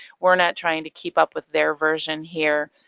we're not trying to keep up with their version here.